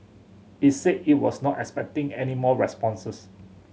it said it was not expecting any more responses